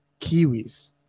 Kiwis